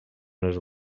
els